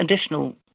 additional